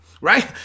right